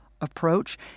approach